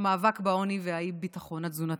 המאבק בעוני ובאי-ביטחון תזונתי.